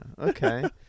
Okay